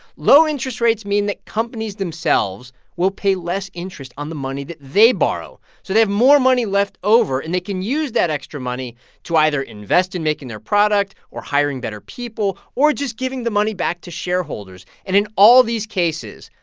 low interest rates mean that companies themselves will pay less interest on the money that they borrow. so they have more money left over, and they can use that extra money to either invest in making their product or hiring better people or just giving the money back to shareholders. and in all these cases,